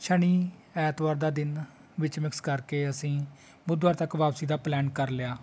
ਸ਼ਨੀ ਐਤਵਾਰ ਦਾ ਦਿਨ ਵਿੱਚ ਮਿਕਸ ਕਰਕੇ ਅਸੀਂ ਬੁੱਧਵਾਰ ਤੱਕ ਵਾਪਸੀ ਦਾ ਪਲੈਨ ਕਰ ਲਿਆ